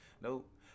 nope